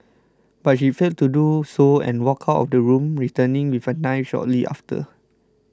but she failed to do so and walked out of the room returning with a knife shortly after